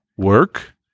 work